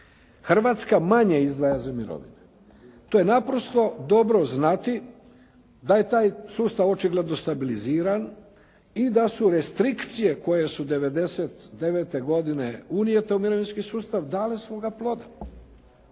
Hrvatska manje izdvaja za mirovine. To je naprosto dobro znati da je taj sustav očigledno stabiliziran i da su restrikcije koje su 99. godine unijete u mirovinski sustav dale svoga ploda,